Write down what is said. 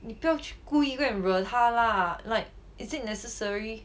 你不要去故意惹她 lah like is it necessary